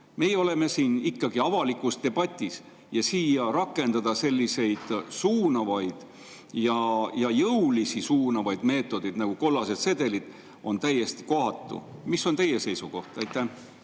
Meie oleme siin ikkagi avalikus debatis ja siia rakendada selliseid suunavaid ja jõulisi suunavaid meetodeid nagu kollased sedelid on täiesti kohatu. Mis on teie seisukoht? Aitäh,